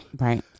right